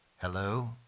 Hello